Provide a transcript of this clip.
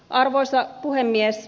arvoisa puhemies